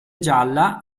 gialla